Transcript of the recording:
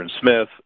Smith